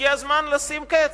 הגיע הזמן לשים קץ,